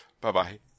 Bye-bye